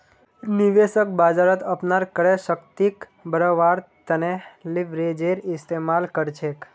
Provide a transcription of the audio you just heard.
निवेशक बाजारत अपनार क्रय शक्तिक बढ़व्वार तने लीवरेजेर इस्तमाल कर छेक